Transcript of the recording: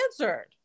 answered